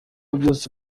byose